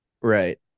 Right